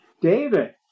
david